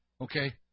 Okay